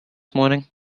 morning